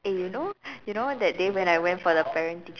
eh you know you know that day when I went to the parent teacher